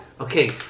Okay